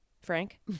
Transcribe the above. Frank